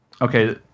Okay